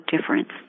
difference